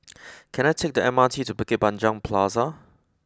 can I take the M R T to Bukit Panjang Plaza